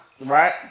right